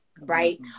Right